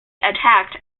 attacked